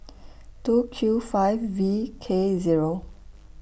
two Q five V K Zero